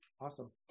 Awesome